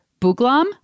buglam